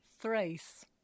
Thrace